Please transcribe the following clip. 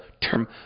term